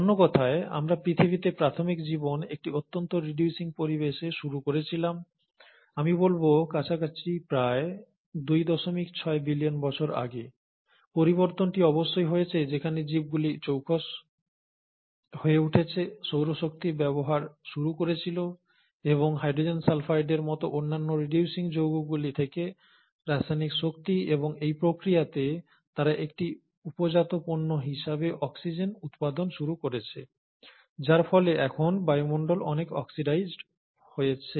অন্য কথায় আমরা পৃথিবীতে প্রাথমিক জীবন একটি অত্যন্ত রিডিউসিং পরিবেশে শুরু করেছিলাম আমি বলব কাছাকাছি প্রায় 26 বিলিয়ন বছর আগে পরিবর্তনটি অবশ্যই হয়েছে যেখানে জীবগুলি চৌকস হয়ে উঠেছে সৌর শক্তি ব্যবহার শুরু করেছিল এবং হাইড্রোজেন সালফাইডের মতো অন্যান্য রিডিউসিং যৌগগুলি থেকে রাসায়নিক শক্তি এবং এই প্রক্রিয়াতে তারা একটি উপজাত পণ্য হিসাবে অক্সিজেন উৎপাদন শুরু করেছে যার ফলে এখন বায়ুমণ্ডল অনেক অক্সিডাইজড হয়েছে